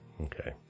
okay